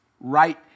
right